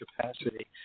capacity